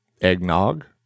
Eggnog